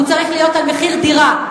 הוא צריך להיות על מחיר דירה.